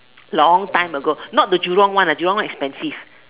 long time ago not the Jurong one the Jurong one expensive